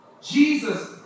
Jesus